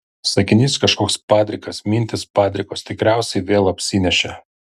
sakinys kažkoks padrikas mintys padrikos tikriausiai vėl apsinešė